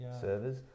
servers